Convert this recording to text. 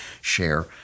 share